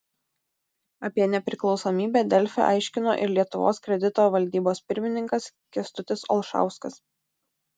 apie nepriklausomybę delfi aiškino ir lietuvos kredito valdybos pirmininkas kęstutis olšauskas